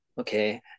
okay